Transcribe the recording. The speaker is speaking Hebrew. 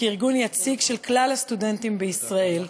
כארגון יציג של כלל הסטודנטים בישראל.